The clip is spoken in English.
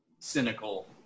cynical